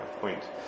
point